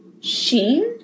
sheen